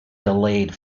delayed